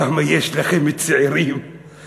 כמה צעירים יש לכם,